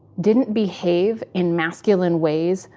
didn't behave in masculine ways,